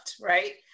Right